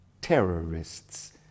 terrorists